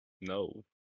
No